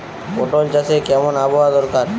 পটল চাষে কেমন আবহাওয়া দরকার?